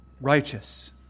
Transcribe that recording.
righteous